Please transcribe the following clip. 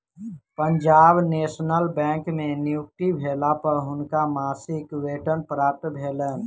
Punjab national bank में नियुक्ति भेला पर हुनका मासिक वेतन प्राप्त भेलैन